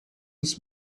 was